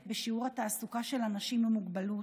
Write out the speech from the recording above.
בשיעורי התעסוקה של אנשים עם מוגבלות,